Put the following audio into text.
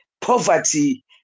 poverty